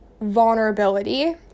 vulnerability